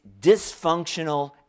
dysfunctional